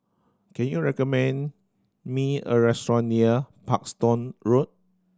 can you recommend me a restaurant near Parkstone Road